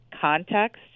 context